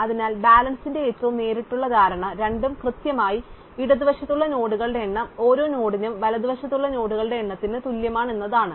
അതിനാൽ ബാലൻസിന്റെ ഏറ്റവും നേരിട്ടുള്ള ധാരണ രണ്ടും കൃത്യമായി ഇടതുവശത്തുള്ള നോഡുകളുടെ എണ്ണം ഓരോ നോഡിനും വലതുവശത്തുള്ള നോഡുകളുടെ എണ്ണത്തിന് തുല്യമാണ് എന്നതാണ്